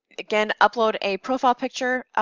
again upload a profile picture,